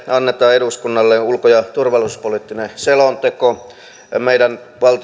eduskunnalle annetaan ulko ja turvallisuuspoliittinen selonteko ja meidän